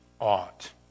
ought